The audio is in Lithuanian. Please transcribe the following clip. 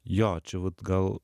jo čia vat gal